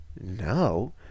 no